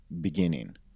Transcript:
beginning